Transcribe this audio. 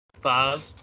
five